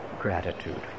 gratitude